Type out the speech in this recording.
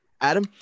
Adam